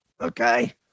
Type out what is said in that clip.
okay